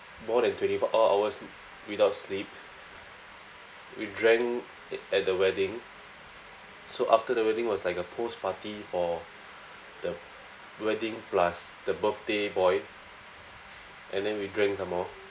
more than twenty four all of us without sleep we drank at the wedding so after the wedding was like a post party for the wedding plus the birthday boy and then we drank some more